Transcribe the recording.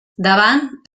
davant